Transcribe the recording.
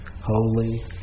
holy